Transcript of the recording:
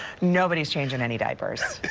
nobody is changing any diapers.